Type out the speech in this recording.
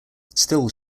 still